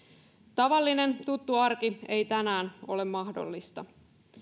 tavallinen tuttu arki ei tänään ole mahdollista